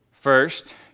First